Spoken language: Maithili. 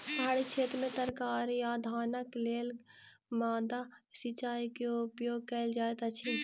पहाड़ी क्षेत्र में तरकारी आ धानक लेल माद्दा सिचाई के उपयोग कयल जाइत अछि